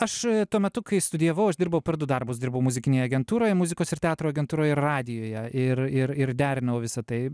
aš tuo metu kai studijavau aš dirbau per du darbus dirbau muzikinėj agentūroj muzikos ir teatro agentūroj ir radijuje ir ir ir derinau visa tai